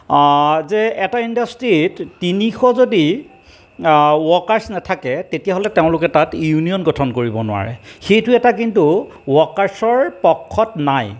যে এটা ইণ্ডাষ্ট্ৰীত তিনিশ যদি ওৱৰ্কাৰ্ছ নাথাকে তেতিয়াহ'লে তেওঁলোকে তাত ইউনিয়ন গঠন কৰিব নোৱাৰে সেইটো এটা কিন্তু ওৱৰ্কাৰ্ছৰ পক্ষত নাই